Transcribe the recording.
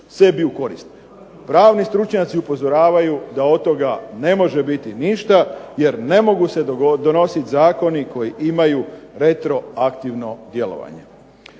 sebi u korist. Pravni stručnjaci upozoravaju da od toga ne može biti ništa jer ne mogu se donosit zakoni koji imaju retroaktivno djelovanje.